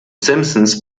simpsons